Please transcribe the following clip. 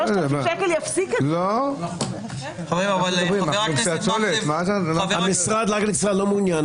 חבר הכנסת מקלב -- המשרד לא מעוניין